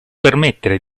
permettere